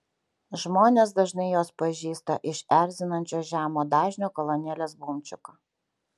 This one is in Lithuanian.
žmonės dažnai juos pažįsta iš erzinančio žemo dažnio kolonėlės bumčiko